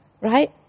right